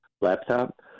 laptop